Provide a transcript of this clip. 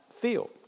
feel